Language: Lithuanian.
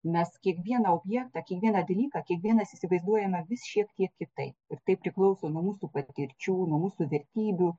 mes kiekvieną objektą kiekvieną dalyką kiekvienas įsivaizduojame vis šiek tiek kitaip ir tai priklauso nuo mūsų patirčių nuo mūsų vertybių